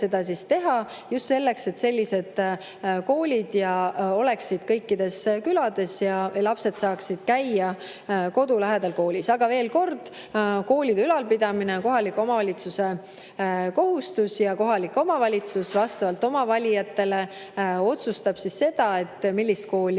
seda teha just selleks, et sellised koolid oleksid kõikides külades ja lapsed saaksid käia kodu lähedal koolis. Aga veel kord, koolide ülalpidamine on kohaliku omavalitsuse kohustus ja kohalik omavalitsus vastavalt oma valijatele otsustab seda, millist kooli